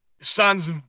sons